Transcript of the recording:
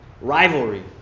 rivalry